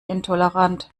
intolerant